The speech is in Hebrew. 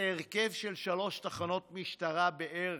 זה הרכב של שלוש תחנות משטרה בערך,